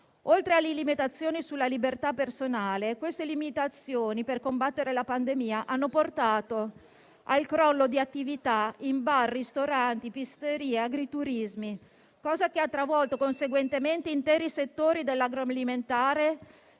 Oltre alle limitazioni sulla libertà personale, tali limitazioni per combattere la pandemia hanno portato al crollo di attività in bar, ristoranti, pizzerie, agriturismi, cosa che ha travolto conseguentemente interi settori dell'agroalimentare